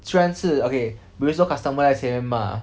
虽然是 okay 比如说 customer 那些骂